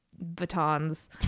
batons